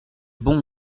bon